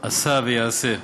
עשה ויעשה.